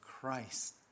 christ